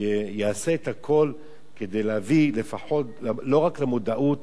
יעשה את הכול כדי להביא לא רק למודעות,